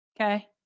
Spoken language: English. Okay